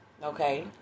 Okay